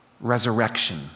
resurrection